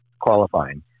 qualifying